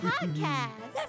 podcast